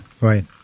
Right